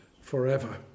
forever